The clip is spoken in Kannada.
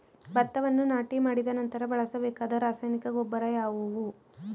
ಭತ್ತವನ್ನು ನಾಟಿ ಮಾಡಿದ ನಂತರ ಬಳಸಬೇಕಾದ ರಾಸಾಯನಿಕ ಗೊಬ್ಬರ ಯಾವುದು?